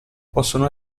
possono